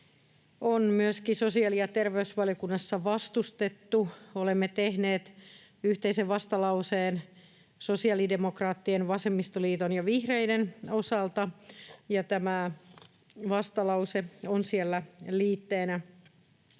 on myöskin sosiaali‑ ja terveysvaliokunnassa vastustettu. Olemme tehneet yhteisen vastalauseen sosiaalidemokraattien, vasemmistoliiton ja vihreiden osalta, ja tämä vastalause on siellä liitteenä